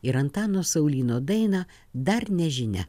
ir antano saulyno dainą dar nežinia